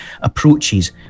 approaches